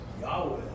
Yahweh